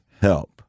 help